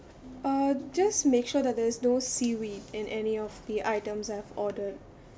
uh just make sure that there's no seaweed in any of the items I've ordered